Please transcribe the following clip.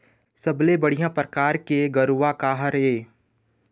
सबले बढ़िया परकार के गरवा का हर ये?